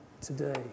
today